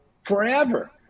forever